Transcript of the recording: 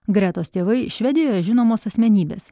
gretos tėvai švedijoje žinomos asmenybės